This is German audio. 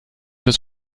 das